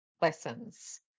lessons